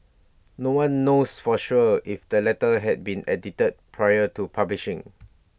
no one knows for sure if the letter had been edited prior to publishing